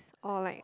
or like